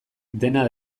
dena